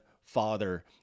Father